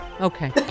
Okay